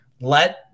let